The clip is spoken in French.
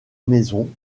maison